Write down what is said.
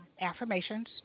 Affirmations